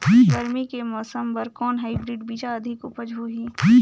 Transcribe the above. गरमी के मौसम बर कौन हाईब्रिड बीजा अधिक उपज होही?